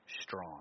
strong